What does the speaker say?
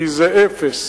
כי זה אפס,